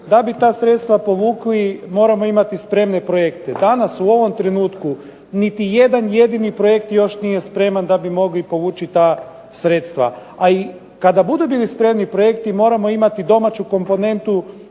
da bi ta sredstva povukli moramo imati spremne projekte. Danas u ovom trenutku niti jedan jedini projekt nije spreman da bi mogli povući ta sredstva. A i kada budu bili spremni projekti moramo imati domaću komponentu